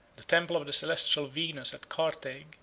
the temple of the celestial venus at carthage,